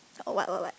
oh what what what